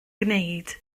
gwneud